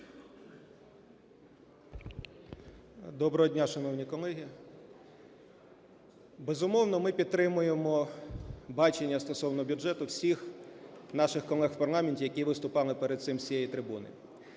Доброго дня, шановні колеги! Безумовно, ми підтримуємо бачення стосовно бюджету всіх наших колег в парламенті, які виступали перед цим з цієї трибуни.